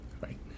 Right